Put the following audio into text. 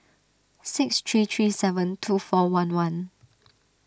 six three three seven two four one one